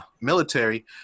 military